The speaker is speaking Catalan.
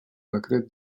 decret